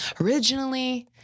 originally